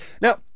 Now